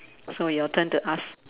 so your turn to ask